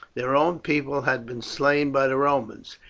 their own people had been slain by the romans,